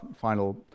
final